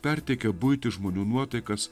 perteikia buitį žmonių nuotaikas